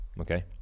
okay